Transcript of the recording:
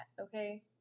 okay